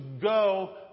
go